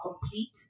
complete